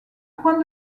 point